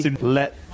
Let